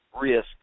risk